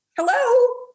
hello